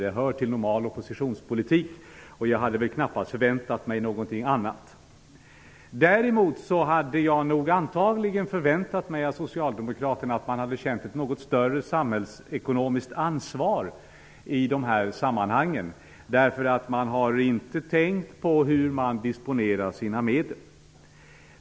Det hör till normal oppositionspolitik, och jag hade väl knappast förväntat mig någonting annat. Däremot hade jag nog förväntat mig att Socialdemokraterna kände ett något större samhällsekonomiskt ansvar i dessa sammanhang. Man har inte tänkt på hur man disponerar sina medel.